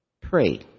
pray